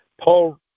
Paul